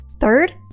Third